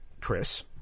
Chris